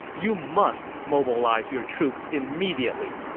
you must mobilize your troops immediately.